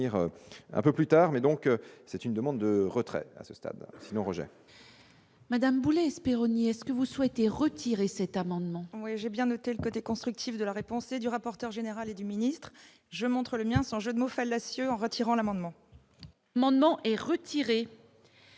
un peu plus tard mais donc c'est une demande de retrait à ce stade, rejet. Madame vous Boulez Peroni est-ce que vous souhaitez retirer cet amendement. Oui, j'ai bien de quel côté constructif de la réponse du rapporteur général du Ministre je montre le lien, sans jeu de mots fallacieux en retirant l'amendement. Mon nom est retirée.